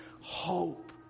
hope